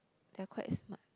they are quite smart